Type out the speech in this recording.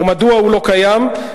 ומדוע הוא לא קיים?